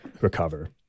recover